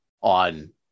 on